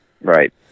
right